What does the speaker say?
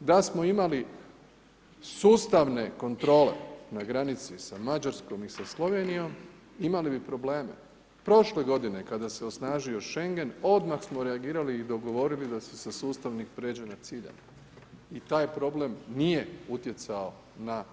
Da smo imali sustavne kontrole na granici sa Mađarskom i sa Slovenijom, imali bi prošle godine kada se osnažio Schengen, odmah smo reagirali i dogovorili da se sa sustavnih pređe na civilno i taj problem nije utjecao na